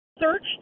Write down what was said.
searched